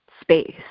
space